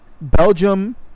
Belgium